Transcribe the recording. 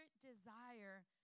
desire